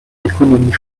l’économie